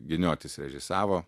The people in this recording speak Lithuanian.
giniotis režisavo